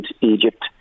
Egypt